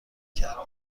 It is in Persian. کردیم